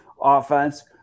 offense